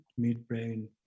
midbrain